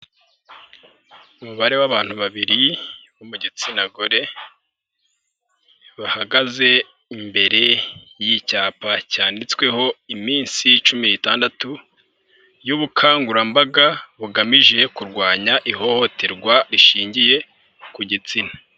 Umubare w'abantu babiri bo mu gitsina gore, bahagaze imbere y'icyapa cyanditsweho iminsi cumi n'itandatu y'ubukangurambaga bugamije kurwanya ihohoterwa rishingiye ku gitsina.